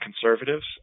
Conservatives